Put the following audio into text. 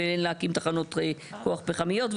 ואין להקים תחנות כוח פחמיות.